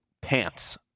pants